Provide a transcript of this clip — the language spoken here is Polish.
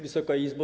Wysoka Izbo!